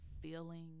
feeling